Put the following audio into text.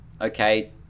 okay